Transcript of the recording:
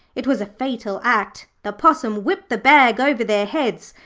it was a fatal act. the possum whipped the bag over their heads,